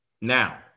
now